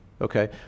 okay